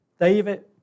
David